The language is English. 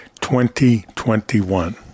2021